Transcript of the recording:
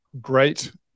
great